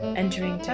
entering